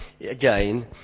again